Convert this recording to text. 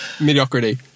Mediocrity